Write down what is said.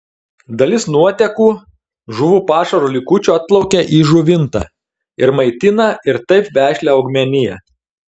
dalis nuotekų žuvų pašaro likučių atplaukia į žuvintą ir maitina ir taip vešlią augmeniją